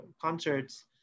concerts